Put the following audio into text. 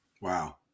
Wow